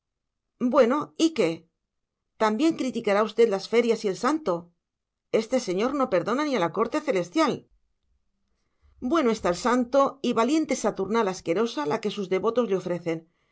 bueno y qué también criticará usted las ferias y el santo este señor no perdona ni a la corte celestial bueno está el santo y valiente saturnal asquerosa la que sus devotos le ofrecen